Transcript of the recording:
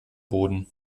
boden